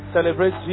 Celebrate